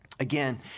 Again